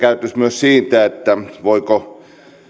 siitä voiko